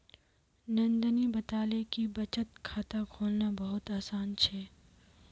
नंदनी बताले कि बचत खाता खोलना बहुत आसान छे